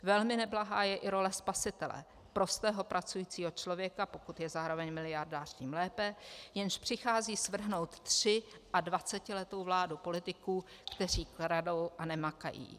Velmi neblahá je i role spasitele: prostého pracujícího člověka, pokud je zároveň miliardář, tím lépe, jenž přichází svrhnout třiadvacetiletou vládu politiků, kteří kradou a nemakají.